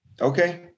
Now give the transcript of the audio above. Okay